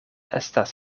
estas